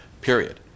period